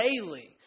daily